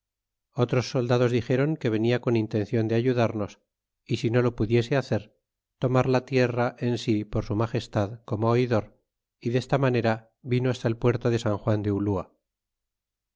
us soldados ron que venia con intencion de ayudarnos y si no lo pudiese hacer tomar la tierra en si por su magestad como oidor y desta manera vino hasta el puerto de san juan de ulua